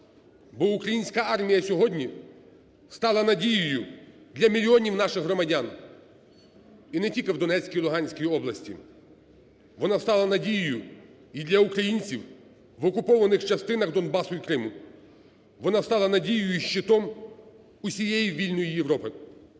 Бо українська армія сьогодні стала надією для мільйонів наших громадян і не тільки в Донецькій і Луганській області, вона стала надією і для українців в окупованих частинах Донбасу і Криму, вона стала надією і щитом усієї вільної Європи